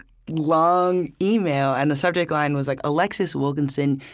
long email, and the subject line was, like alexis wilkinson,